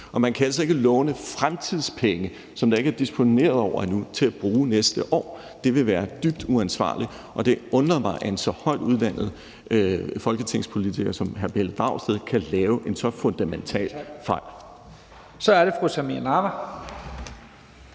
Man kan altså ikke låne fremtidspenge, som der ikke er disponeret over endnu, til at bruge næste år. Det ville være dybt uansvarligt, og det undrer mig, at en så højtuddannet folketingspolitiker som hr. Pelle Dragsted kan lave en så fundamental fejl. Kl. 09:20 Første